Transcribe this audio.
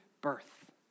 birth